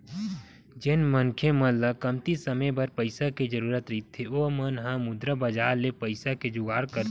जेन मनखे मन ल कमती समे बर पइसा के जरुरत रहिथे ओ मन ह मुद्रा बजार ले पइसा के जुगाड़ करथे